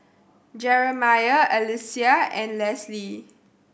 Jerimiah Alysia and Lesley